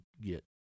get